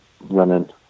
running